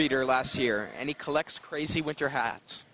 beater last year and he collects crazy with your hats